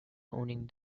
owning